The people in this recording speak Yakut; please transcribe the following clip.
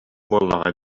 буоллаҕа